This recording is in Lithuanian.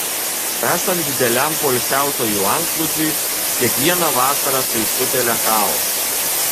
esant dideliam poilsiautojų antplūdžiui kiekvieną vasarą tai sukelia chaosą